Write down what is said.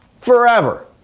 forever